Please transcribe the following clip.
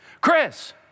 Chris